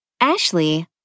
Ashley